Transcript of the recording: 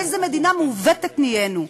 איזה מדינה מעוותת נהיינו.